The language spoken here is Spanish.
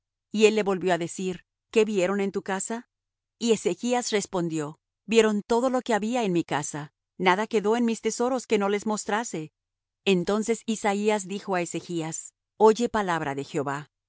y él le volvió á decir qué vieron en tu casa y ezechas respondió vieron todo lo que había en mi casa nada quedó en mis tesoros que no les mostrase entonces isaías dijo á ezechas oye palabra de jehová